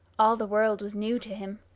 all the world was new to him.